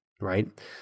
Right